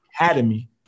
academy